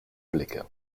blicke